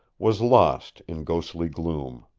was lost in ghostly gloom.